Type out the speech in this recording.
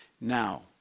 Now